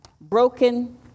broken